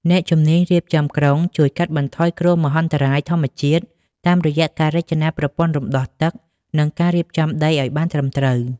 អ្នកជំនាញរៀបចំក្រុងជួយកាត់បន្ថយគ្រោះមហន្តរាយធម្មជាតិ តាមរយៈការរចនាប្រព័ន្ធរំដោះទឹក និងការរៀបចំដីឱ្យបានត្រឹមត្រូវ។